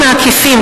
סך המסים העקיפים,